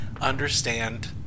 understand